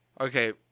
Okay